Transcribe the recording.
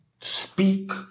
speak